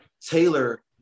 Taylor